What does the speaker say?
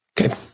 Okay